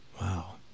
wow